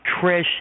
Trish